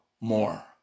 more